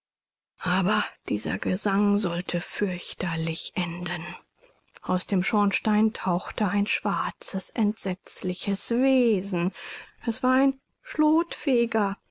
aber dieser gesang sollte fürchterlich enden aus dem schornstein tauchte ein schwarzes entsetzliches wesen es war ein